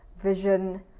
vision